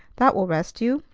that will rest you.